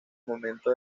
momento